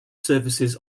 services